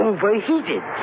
Overheated